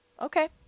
Okay